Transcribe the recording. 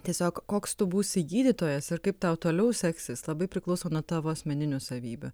tiesiog koks tu būsi gydytojas ir kaip tau toliau seksis labai priklauso nuo tavo asmeninių savybių